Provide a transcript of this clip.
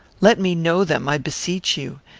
let me know them, i beseech you.